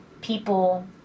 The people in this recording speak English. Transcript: people